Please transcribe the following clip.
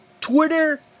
Twitter